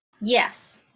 Yes